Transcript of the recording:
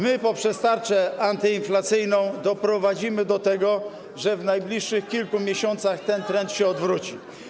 My poprzez tarczę antyinflacyjną doprowadzimy do tego, że w najbliższych kilku miesiącach ten trend się odwróci.